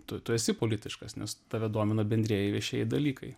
tu tu esi politiškas nes tave domina bendrieji viešieji dalykai